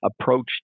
approach